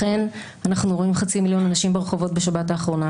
לכן אנחנו רואים חצי מיליון אנשים ברחובות בשבת האחרונה